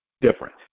different